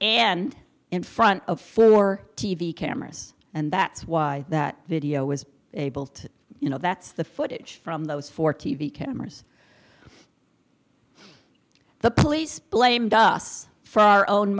and in front of your t v cameras and that's why that video was able to you know that's the footage from those four t v cameras the police blamed us for our own